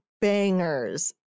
bangers